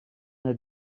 het